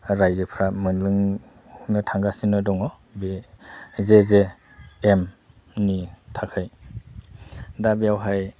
रायजोफ्रा मोनलोंनो थांगासिनो दङ बे जेजे एमनि थाखाय दा बेयावहाय